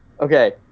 Okay